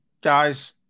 guys